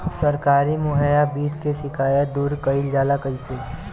सरकारी मुहैया बीज के शिकायत दूर कईल जाला कईसे?